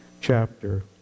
chapter